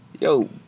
Yo